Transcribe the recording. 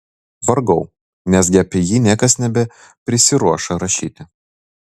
vargau nesgi apie jį niekas nebeprisiruoš rašyti